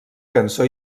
cançó